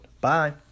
Bye